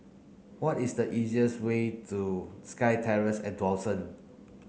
what is the easiest way to SkyTerrace at Dawson